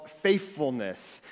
faithfulness